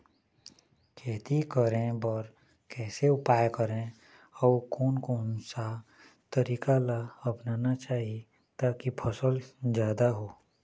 खेती करें बर कैसे उपाय करें अउ कोन कौन सा तरीका ला अपनाना चाही ताकि फसल जादा हो?